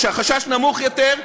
או שהחשש נמוך יותר,